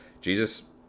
Jesus